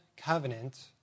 covenant